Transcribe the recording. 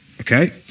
Okay